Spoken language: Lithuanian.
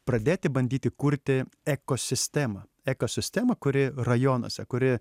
pradėti bandyti kurti ekosistemą ekosistemą kuri rajonuose kuri